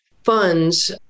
funds